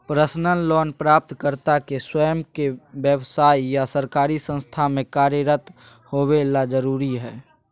personal loan प्राप्तकर्ता के स्वयं के व्यव्साय या सरकारी संस्था में कार्यरत होबे ला जरुरी हइ